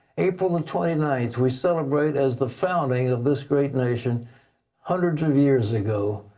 april and twenty ninth we celebrate as the founding of this great nation hundreds of years ago.